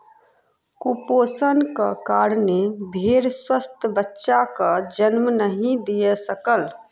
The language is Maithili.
कुपोषणक कारणेँ भेड़ स्वस्थ बच्चाक जन्म नहीं दय सकल